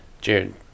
Jared